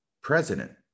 president